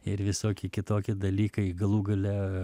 ir visoki kitoki dalykai galų gale